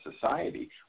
society